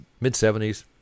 mid-70s